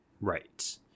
Right